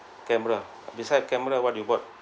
camera beside camera what you bought